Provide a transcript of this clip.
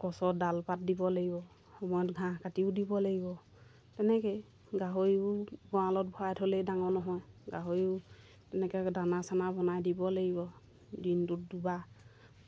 গছৰ ডালপাত দিব লাগিব সময়ত ঘাঁহ কাটিও দিব লাগিব তেনেকৈয়ে গাহৰিও গঁৰালত ভৰাই থ'লেই ডাঙৰ নহয় গাহৰিও তেনেকৈ দানা চানা বনাই দিব লাগিব দিনটোত দুবাৰ